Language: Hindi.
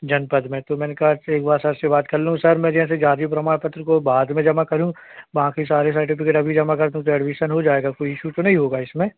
जनपद में तो मैंने कहा कि एक बार सर से बात कर लूँ सर मैं जैसे जाति प्रमाण पत्र को बाद में जमा करूँ बाकी सारे सर्टिफिकेट अभी जमा कर दूँ तो एडमीसन हो जाएगा कोई इशू तो नहीं होगा इसमें